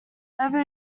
over